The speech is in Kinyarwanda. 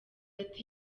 ati